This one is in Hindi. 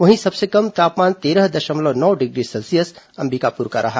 वहीं सबसे कम तापमान तेरह दशमलव नौ डिग्री सेल्सियस अंबिकापुर का रहा